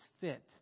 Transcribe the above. fit